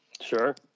Sure